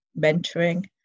mentoring